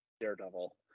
Daredevil